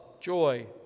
joy